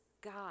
God